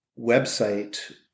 website